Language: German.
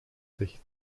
sich